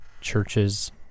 churches